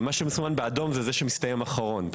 מה שמסומן אדום מסתיים אחרון.